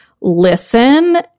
listen